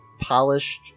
polished